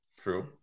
True